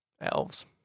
Elves